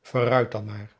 vooruit dan maar